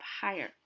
higher